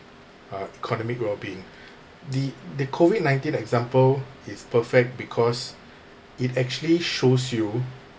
uh economic well-being the the COVID nineteen example is perfect because it actually shows you